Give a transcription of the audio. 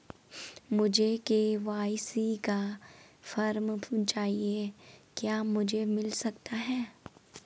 मुझे के.वाई.सी का फॉर्म चाहिए क्या मुझे मिल सकता है?